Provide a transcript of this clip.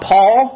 Paul